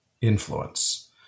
influence